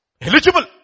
Eligible